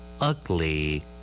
Ugly